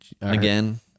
Again